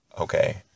okay